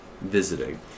visiting